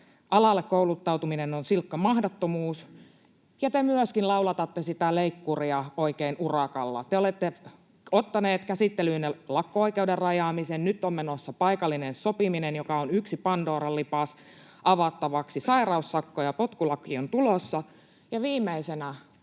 alalle kouluttautuminen on silkka mahdottomuus. Ja te myöskin laulatatte sitä leikkuria oikein urakalla: Te olette ottaneet käsittelyynne lakko-oikeuden rajaamisen. Nyt on menossa paikallinen sopiminen, joka on yksi pandoran lipas avattavaksi. Sairaussakko ja potkulaki ovat tulossa. Ja viimeisenä,